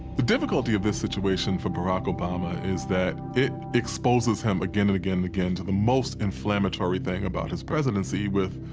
the difficulty of this situation for barack obama is that it exposes him, again and again and again, to the most inflammatory thing about his presidency, with,